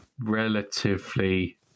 relatively